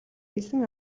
элсэн